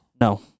No